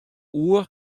oer